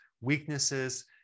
weaknesses